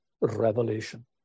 revelation